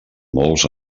molts